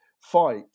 fight